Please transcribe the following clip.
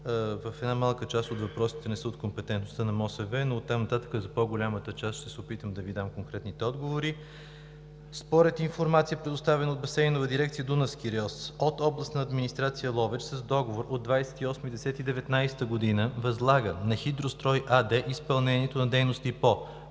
една малка част от въпросите не са от компетентността на МОСВ, но оттам нататък, за по-голямата част ще се опитам да Ви дам конкретните отговори. Според информация, предоставена от Басейнова дирекция „Дунавски район“, Областна администрация – Ловеч, с договор от 28 октомври 2019 г. възлага на „Хидрострой“ АД изпълнението на дейности по: